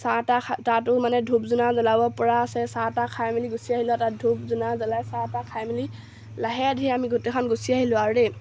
চাহ তাহ তাতো মানে ধূপ ধূনা জ্বলাব পৰা আছে চাহ তাহ খাই মেলি গুচি আহিলোঁ আৰু তাত ধূপ ধূনা জ্বলাই চাহ তাহ খাই মেলি লাহে ধীৰে আমি গোটেইখন গুচি আহিলোঁ আৰু দেই